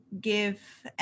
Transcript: give